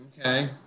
Okay